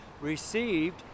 received